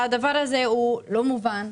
הדבר הזה הוא לא מובן,